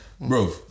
bro